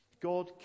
God